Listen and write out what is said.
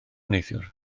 neithiwr